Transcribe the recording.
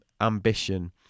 ambition